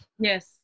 Yes